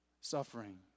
suffering